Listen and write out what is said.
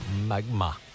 Magma